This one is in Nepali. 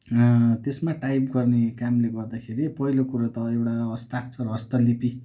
त्यसमा टाइप गर्ने कामले गर्दाखेरि पहिलो कुरो त एउटा हस्ताक्षर हस्तलिपि